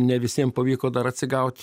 ne visiem pavyko dar atsigaut